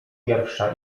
pierwsza